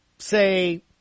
say